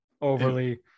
overly